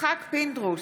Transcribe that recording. יצחק פינדרוס,